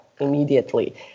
immediately